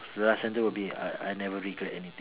the last sentence will be I I never regret anything